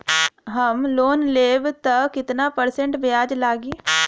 हम लोन लेब त कितना परसेंट ब्याज लागी?